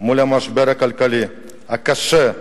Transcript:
מול המשבר הכלכלי הקשה,